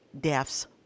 deaths